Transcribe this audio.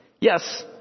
yes